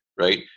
Right